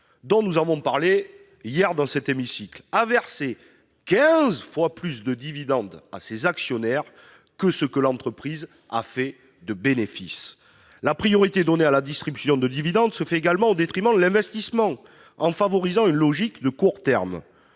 dont nous avons parlé hier dans cet hémicycle, elle a versé, en 2016, « quinze fois plus de dividendes à ses actionnaires que ce que l'entreprise a fait de bénéfices ». La priorité donnée à la distribution de dividendes est également au détriment de l'investissement, favorisant une logique de court terme.